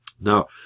Now